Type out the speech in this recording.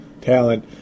talent